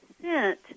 sent